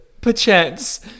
perchance